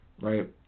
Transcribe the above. right